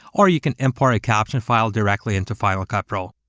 or you can import a caption file directly into final cut pro.